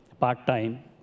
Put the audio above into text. part-time